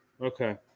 Okay